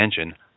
engine